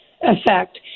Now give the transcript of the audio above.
effect